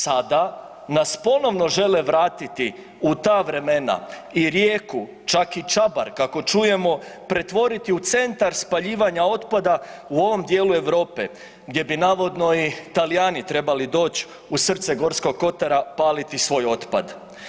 Sada nas ponovno žele vratiti u ta vremena i Rijeku, čak i Čabar kao čujemo pretvoriti u centar spaljivanja otpada u ovom dijelu Europe gdje bi navodno i Talijani trebali doći u srce Gorskog Kotara paliti svoj otpad.